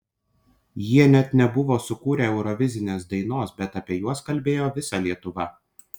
jie net nebuvo sukūrę eurovizinės dainos bet apie juos kalbėjo visa lietuva